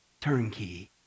Turnkey